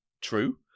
true